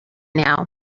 now